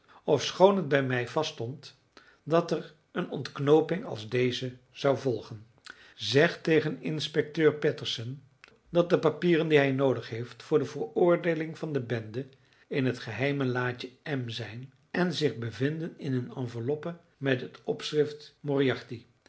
ofschoon het bij mij vaststond dat er een ontknooping als deze zou volgen zeg den inspecteur patterson dat de papieren die hij noodig heeft voor de veroordeeling van de bende in het geheime laadje m zijn en zich bevinden in een enveloppe met het opschrift